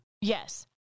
Yes